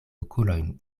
okulojn